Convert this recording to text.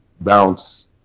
Bounce